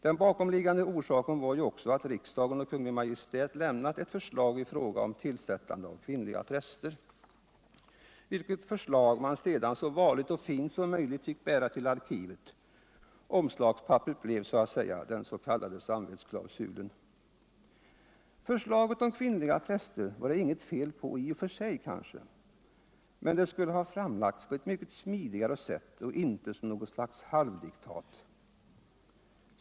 Den bakomliggande orsaken var ju också att riksdagen och Kungl. Maj:t lämnat ett förslag i fråga om tillsättandet av kvinnliga präster, vilket förslag man sedan så varligt och fint som möjligt fick bära till arkivet. Omslagspapperet blev så att säga den s.k. samvetsklausulen. Förslaget om kvinnliga präster var det inget fel på i och för sig kanske, men det skulle ha framlagts på ett mycket smidigare sätt och inte som något slags halvdiktat.